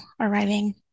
arriving